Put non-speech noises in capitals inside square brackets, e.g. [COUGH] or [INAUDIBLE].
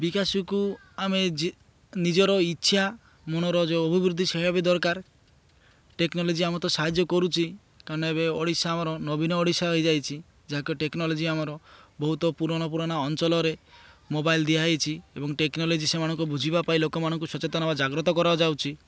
ବିକାଶକୁ ଆମେ [UNINTELLIGIBLE] ନିଜର ଇଚ୍ଛା ମନର ଯେଉଁ ଅଭିବୃଦ୍ଧି [UNINTELLIGIBLE] ବି ଦରକାର ଟେକ୍ନୋଲୋଜି ଆମର ତ ସାହାଯ୍ୟ କରୁଛି କାରଣ ଏବେ ଓଡ଼ିଶା ଆମର ନବୀନ ଓଡ଼ିଶା ହେଇଯାଇଛି ଯାହାକି ଟେକ୍ନୋଲୋଜି ଆମର ବହୁତ ପୁରୁଣା ପୁରୁଣା ଅଞ୍ଚଳରେ ମୋବାଇଲ୍ ଦିଆହେଉଛି ଏବଂ ଟେକ୍ନୋଲୋଜି ସେମାନଙ୍କୁ ବୁଝିବା ପାଇଁ ଲୋକମାନଙ୍କୁ ସଚେତନ ହବା ଜାଗ୍ରତ କରାଯାଉଛି